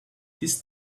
his